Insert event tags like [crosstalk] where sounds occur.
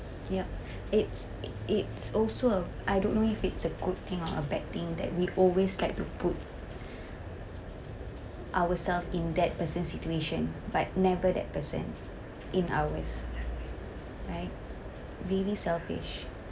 yup [breath] it's it's also I don't know if it's a good thing or a bad thing that we always like to put [breath] ourselves in that person situation but never that person in ours right really selfish